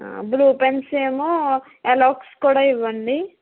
blue pens ఏమో ఎలాక్స్ కూడా ఇవ్వండి